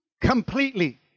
completely